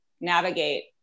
navigate